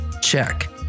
check